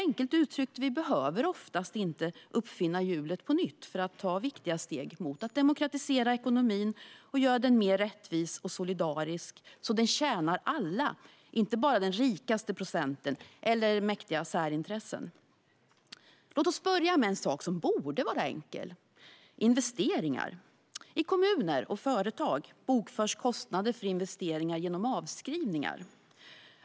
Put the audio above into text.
Enkelt uttryckt behöver vi oftast inte uppfinna hjulet på nytt för att ta viktiga steg mot att demokratisera ekonomin och göra den mer rättvis och solidarisk så att den tjänar alla, inte bara den rikaste procenten eller mäktiga särintressen. Låt oss börja med en sak som borde vara enkel, nämligen investeringar. I kommuner och företag bokförs kostnader för investeringar genom avskrivningar.